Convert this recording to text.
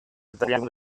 italiani